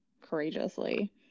courageously